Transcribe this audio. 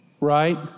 right